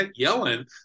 Yellen